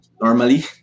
normally